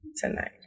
Tonight